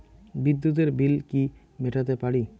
বিদ্যুতের বিল কি মেটাতে পারি?